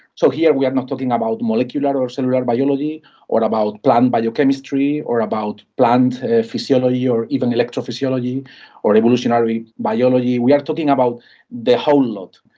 so here we are not talking about molecular or cellular biology or about plant biochemistry or about plant physiology or even electrophysiology or evolutionary biology, we are talking about the whole lot.